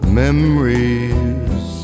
memories